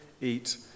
eat